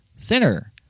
Thinner